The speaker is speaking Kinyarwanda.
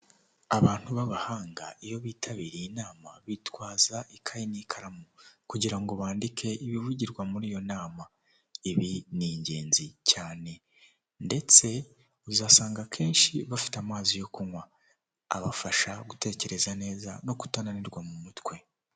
Mu mijyi niho hantu usanga amatara y'ubwoko bwinshi butandukanye ayaka umutuku, icyatsi, umweru, umuhondo, ndetse nandi mabara atandukanye niho hantu usanga ibinyabiziga imodoka, amapikipiki, amagare yo mu bwoko bwinshi, ndetse n'ibindi.